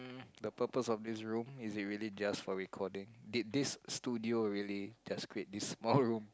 the purpose of this room is it really just for recording did this studio really just create this small room